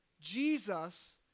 Jesus